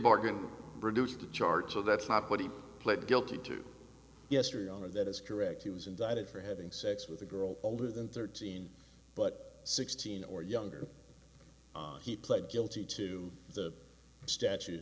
bargain reduced the charge to that's not what he pled guilty to yesterday on or that is correct he was indicted for having sex with a girl older than thirteen but sixteen or younger he pled guilty to the statute